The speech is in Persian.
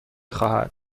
خواهد